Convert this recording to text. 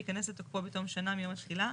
יכנס לתוקפו בתום שנה מיום התחילה.